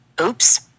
Oops